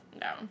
No